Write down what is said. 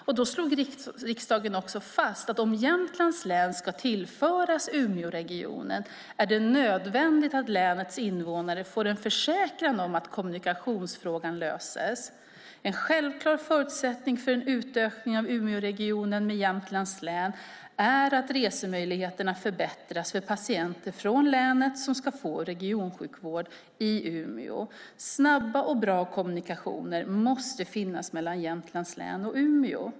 Riksdagen slog då också fast att om Jämtlands län ska tillföras Umeåregionen är det nödvändigt att länets invånare får en försäkran om att kommunikationsfrågan löses. En självklar förutsättning för en utökning av Umeåregionen med Jämtlands län är att resemöjligheterna förbättras för patienter från länet som ska få regionsjukvård i Umeå. Snabba och bra kommunikationer måste finnas mellan Jämtlands län och Umeå.